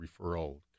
referral